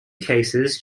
cases